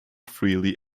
freely